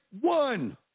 one